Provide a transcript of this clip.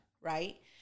right